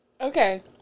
Okay